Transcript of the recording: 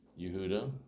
Yehuda